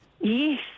Yes